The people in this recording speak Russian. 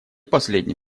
последний